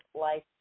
life